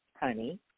honey